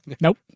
nope